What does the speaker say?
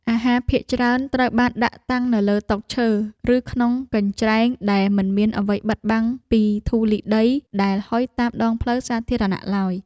អាហារភាគច្រើនត្រូវបានដាក់តាំងនៅលើតុឈើ ឬក្នុងកញ្ច្រែងដែលមិនមានអ្វីបិទបាំងពីធូលីដីដែលហុយតាមដងផ្លូវសាធារណៈឡើយ។